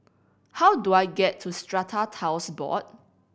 how do I get to Strata Titles Board